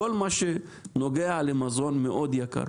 כל מה שנוגע למזון מאוד יקר.